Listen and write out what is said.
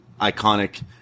iconic